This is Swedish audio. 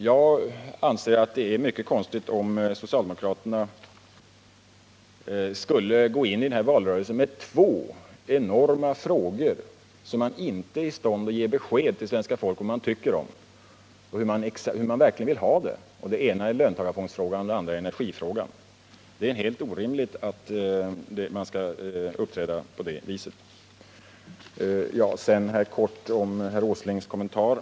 Jag anser att det är mycket konstigt om socialdemokraterna skulle gå in i valrörelsen med två enorma frågor där de inte är i stånd att ge besked till svenska folket om vad de tycker och hur de verkligen vill ha det. Den ena är löntagarfondsfrågan och den andra är energifrågan. Det är helt orimligt att man skall uppträda på det viset. Sedan kort om herr Åslings kommentar!